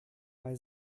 bei